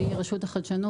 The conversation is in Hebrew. שהיא רשות החדשנות,